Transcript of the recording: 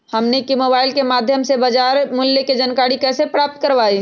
हमनी के मोबाइल के माध्यम से बाजार मूल्य के जानकारी कैसे प्राप्त करवाई?